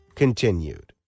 continued